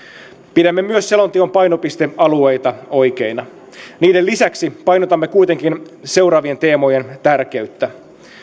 pidämme myös selonteon painopistealueita oikeina niiden lisäksi painotamme kuitenkin seuraavien teemojen tärkeyttä